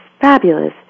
fabulous